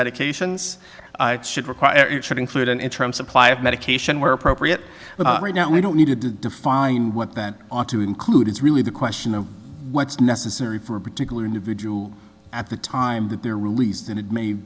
medications should require it should include an interim supply of medication where appropriate but right now we don't need to define what that ought to include is really the question of what's necessary for a particular individual at the time that they're released and it may